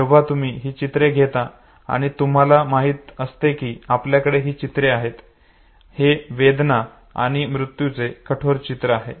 जेव्हा तुम्ही ही चित्रे घेतां आणि तुम्हाला माहित असते की आपल्याकडे ही चित्रे आहेत हे वेदना आणि मृत्युचे कठोर चित्र आहे